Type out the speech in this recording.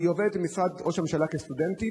היא עובדת במשרד ראש הממשלה כסטודנטית,